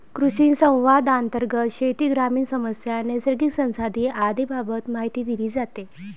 कृषिसंवादांतर्गत शेती, ग्रामीण समस्या, नैसर्गिक संसाधने आदींबाबत माहिती दिली जाते